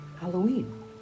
Halloween